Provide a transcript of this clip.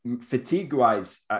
fatigue-wise